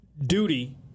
duty